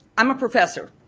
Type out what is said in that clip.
i'm a professor,